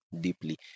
deeply